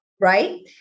right